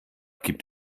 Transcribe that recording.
gibt